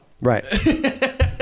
Right